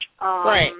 Right